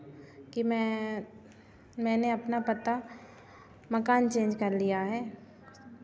कि मैं मैंने अपना पता मकान चेंज कर लिया है